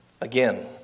Again